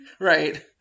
Right